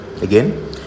again